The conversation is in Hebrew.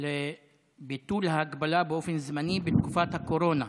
ביטול ההגבלה באופן זמני בתקופת הקורונה.